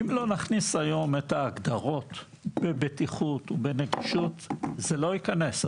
אם לא נכניס היום את ההגדרות בבטיחות ובנגישות זה לא ייכנס,